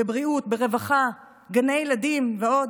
בבריאות, ברווחה, גני ילדים ועוד,